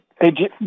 Hey